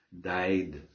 died